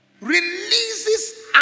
releases